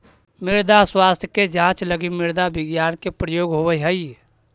मृदा स्वास्थ्य के जांच लगी मृदा विज्ञान के प्रयोग होवऽ हइ